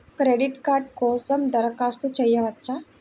Credit card కోసం దరఖాస్తు చేయవచ్చా?